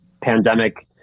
Pandemic